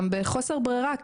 גם בחוסר ברירה,